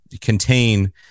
contain